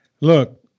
Look